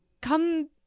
come